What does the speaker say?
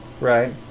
right